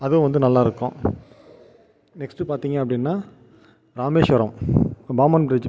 அதுவும் வந்து நல்லாருக்கும் நெக்ஸ்ட் பார்த்திங்க அப்படினா ராமேஸ்வரம் பாம்பன் பிரிட்ஜ்